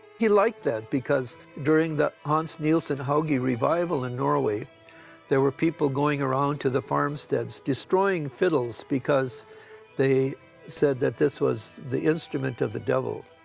he liked that because during the hans nielsen hauge revival in norway there were people going around to the farmsteads destroying fiddles because they said that this was the instrument of the devil.